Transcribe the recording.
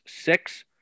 six